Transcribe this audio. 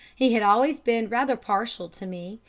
he had always been rather partial to me,